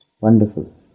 Wonderful